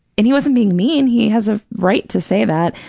and he wasn't being mean. he has a right to say that.